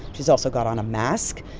she's also got on a mask.